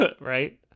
right